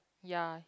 ya